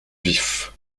vif